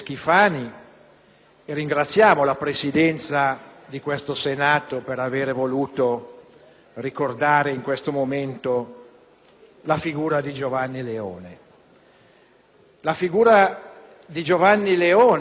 ringraziamo la Presidenza di questo Senato per aver voluto ricordare in questo momento la figura di Giovanni Leone,